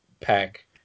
pack